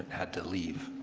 had to leave.